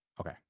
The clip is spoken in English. Okay